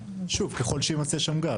שוב, ככל שיימצא שם גז.